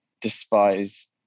despise